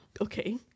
okay